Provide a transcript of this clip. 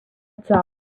itself